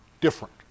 different